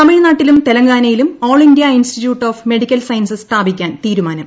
തമിഴ്നാട്ടിലും തെലങ്കാനയിലും All India Institute of Medical Sciences സ്ഥാപിയ്ക്കാൻ തീരുമാനം